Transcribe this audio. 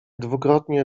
dwukrotnie